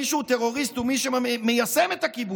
מי שהוא טרוריסט הוא מי שמיישם את הכיבוש,